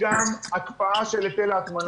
גם לתעופה הוא לא התייחס.